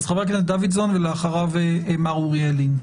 חבר הכנסת דויסון, ואחריו מר אוריאל לין.